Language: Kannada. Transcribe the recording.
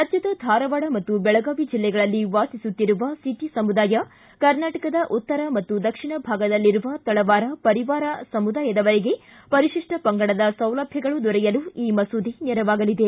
ರಾಜ್ಞದ ಧಾರವಾಡ ಮತ್ತು ಬೆಳಗಾವಿ ಜೆಲ್ಲೆಗಳಲ್ಲಿ ವಾಸಿಸುತ್ತಿರುವ ಸಿದ್ದಿ ಸಮುದಾಯ ಕರ್ನಾಟಕದ ಉತ್ತರ ಮತ್ತು ದಕ್ಷಿಣ ಭಾಗದಲ್ಲಿರುವ ತಳವಾರ ಪರಿವಾರ ಸಮುದಾಯದವರಿಗೆ ಪರಿತಿಷ್ಟ ಪಂಗಡದ ಸೌಲಭ್ಯಗಳು ದೊರೆಯಲು ಈ ಮಸೂದೆ ನೆರವಾಗಲಿದೆ